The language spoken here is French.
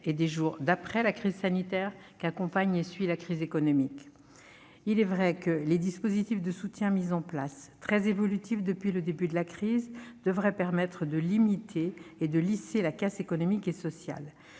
et des jours d'après la crise sanitaire, qu'accompagne et suit la crise économique. Il est vrai que les dispositifs de soutien très évolutifs mis en place depuis le début de la crise devraient permettre de limiter et de lisser la casse économique et sociale,